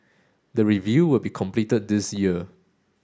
the review will be completed this year